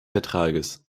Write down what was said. vertrages